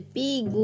big